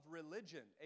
religion